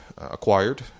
Acquired